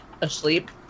asleep